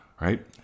right